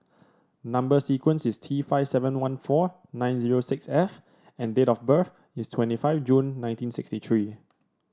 number sequence is T five seven one four nine zero six F and date of birth is twenty five June nineteen sixty three